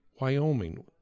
Wyoming